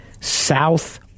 South